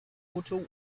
uczuł